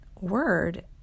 word